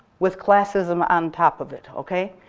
with classism on top of it, okay?